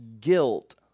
guilt